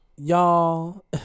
Y'all